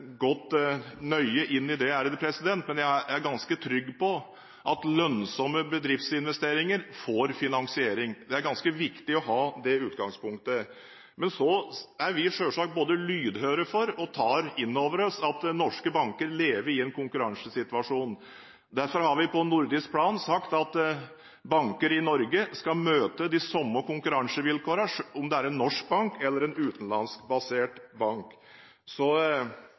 nøye inn i det, er jeg ganske trygg på at lønnsomme bedriftsinvesteringer får finansiering. Det er ganske viktig å ha det utgangspunktet. Men så er vi selvsagt både lydhøre for og tar inn over oss at norske banker lever i en konkurransesituasjon. Derfor har vi på nordisk plan sagt at banker i Norge skal møte de samme konkurransevilkårene, om det er en norsk bank eller en utenlandsbasert bank. Vikarbyrådirektivet er det en annen statsråd som steller med, så